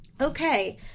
Okay